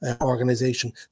organization